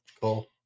Cool